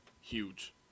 huge